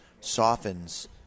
softens